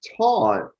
taught